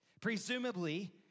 Presumably